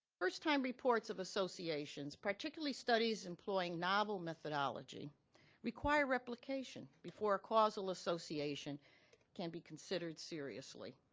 first time reports of associations, particularly studies employing novel methodology require replication before a causal association can be considered seriously.